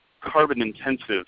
carbon-intensive